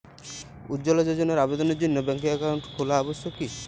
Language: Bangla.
উজ্জ্বলা যোজনার আবেদনের জন্য ব্যাঙ্কে অ্যাকাউন্ট খোলা আবশ্যক কি?